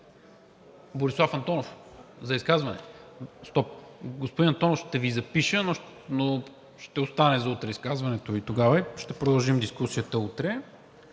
Борислав Антонов, за изказване ли? Стоп. Господин Антонов, ще Ви запиша, но ще остане за утре изказването Ви тогава. Ще продължим дискусията утре